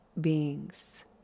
beings